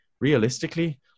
realistically